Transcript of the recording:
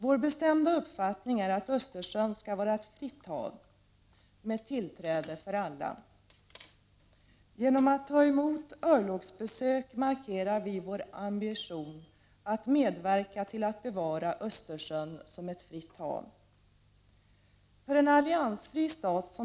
Vår bestämda uppfattning är att Östersjön skall vara ett fritt hav — med tillträde för alla. Genom att ta emot örlogsbesök markerar vi vår ambition att medverka till att bevara Östersjön som ett fritt hav. För en alliansfri stat — Prot.